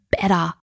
better